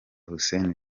hussein